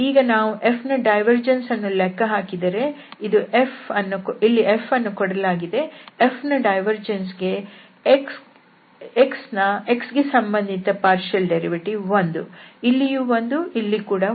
ಈಗ ನಾವು Fನ ಡೈವರ್ಜೆನ್ಸ್ ಅನ್ನು ಲೆಕ್ಕ ಹಾಕಿದರೆ ಇಲ್ಲಿ F ಅನ್ನು ಕೊಡಲಾಗಿದೆ Fನ ಡೈವರ್ಜೆನ್ಸ್ ಗೆ x ನ x ಸಂಬಂಧಿತ ಭಾಗಶಃ ವ್ಯುತ್ಪನ್ನ ವು 1 ಇಲ್ಲಿಯೂ 1 ಇಲ್ಲಿ ಕೂಡ 1